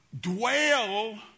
dwell